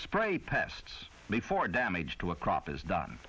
spray pests before damage to a crop is done